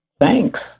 Thanks